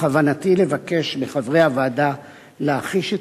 בכוונתי לבקש מחברי הוועדה להחיש את